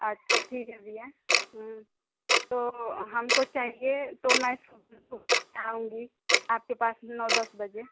अच्छा ठीक है भैया तो हमको चाहिए तो मैं आऊँगी आपके पास नौ दस बजे